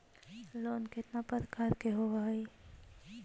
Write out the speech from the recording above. Loan केतना प्रकार के होव हइ?